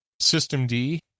systemd